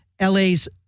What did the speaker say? LA's